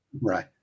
Right